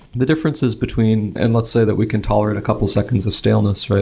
the difference is between and let's say that we can tolerate a couple seconds of staleness.